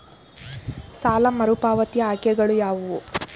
ಸಾಲ ಮರುಪಾವತಿ ಆಯ್ಕೆಗಳು ಯಾವುವು?